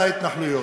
על ההתנחלויות.